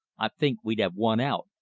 i think we'd have won out,